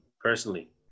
personally